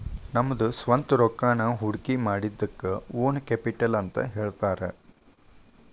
ನಮ್ದ ಸ್ವಂತ್ ರೊಕ್ಕಾನ ಹೊಡ್ಕಿಮಾಡಿದಕ್ಕ ಓನ್ ಕ್ಯಾಪಿಟಲ್ ಅಂತ್ ಹೇಳ್ತಾರ